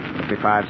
55